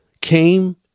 came